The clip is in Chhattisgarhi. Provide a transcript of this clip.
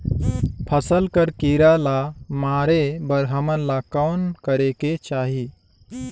फसल कर कीरा ला मारे बर हमन ला कौन करेके चाही?